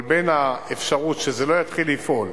אבל בין האפשרות שזה לא יתחיל לפעול